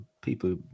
people